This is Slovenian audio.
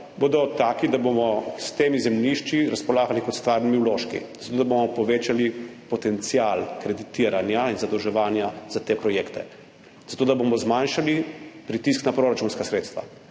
bodo taki, da bomo s temi zemljišči razpolagali kot s stvarnimi vložki, zato da bomo povečali potencial kreditiranja in zadolževanja za te projekte, zato da bomo zmanjšali pritisk na proračunska sredstva,